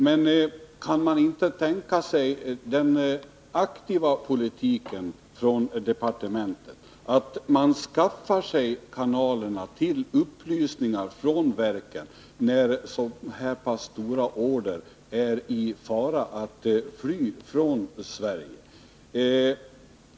Men kan man inte tänka sig den aktiva politiken att departementet skaffar sig upplysningar från verken när så pass stora order är i fara att försvinna från Sverige?